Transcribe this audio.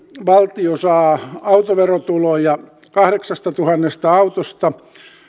valtio saa autoverotuloja kahdeksastatuhannesta autosta